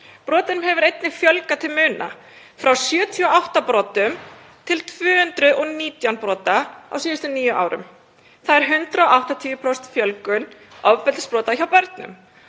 Brotum hefur einnig fjölgað til muna, úr 78 brotum í 219 brot á síðustu níu árum. Það er 180% fjölgun ofbeldisbrota hjá börnum.